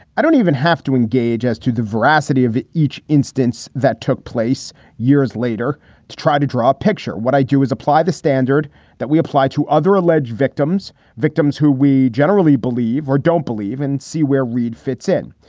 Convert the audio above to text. i don't even have to engage as to the veracity of each instance that took place years later to try to draw a picture. what i do is apply the standard that we apply to other alleged victims, victims who we generally believe or don't believe and see where reid fits in.